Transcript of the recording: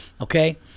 okay